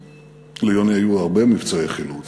ליוני היו הרבה מבצעי חילוץ,